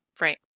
Right